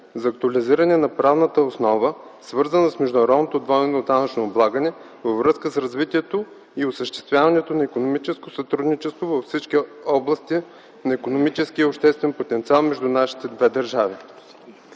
за актуализиране на правната основа, свързана с международното двойно данъчно облагане във връзка с развитието и осъществяването на икономическо сътрудничество във всички области на икономическия и обществен потенциал между нашите две държави.